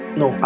no